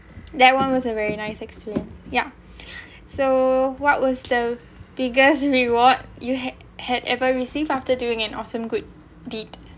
that one was a very nice experience yeah so what was the biggest reward you had had ever received after doing an awesome good deed